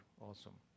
awesome